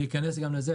ניכנס גם לזה,